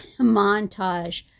montage